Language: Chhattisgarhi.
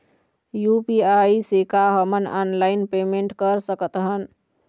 यू.पी.आई से का हमन ऑनलाइन पेमेंट कर सकत हन?